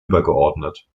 übergeordnet